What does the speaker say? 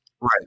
Right